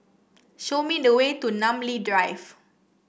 show me the way to Namly Drive